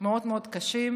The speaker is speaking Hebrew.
מאוד מאוד קשים,